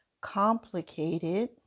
complicated